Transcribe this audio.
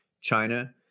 china